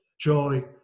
joy